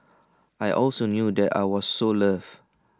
I also knew that I was so loved